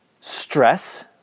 stress